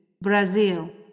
Brazil